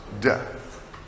death